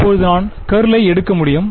இப்போது நான் கர்ளை எடுக்க முடியும்